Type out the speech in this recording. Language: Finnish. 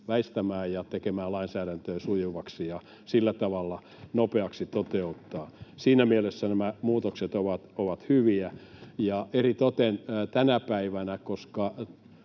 väistämään ja tekemään lainsäädäntöä sujuvaksi ja sillä tavalla nopeaksi toteuttaa. Siinä mielessä nämä muutokset ovat hyviä ja eritoten tänä päivänä, koska